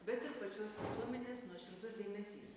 bet ir pačios visuomenės nuoširdus dėmesys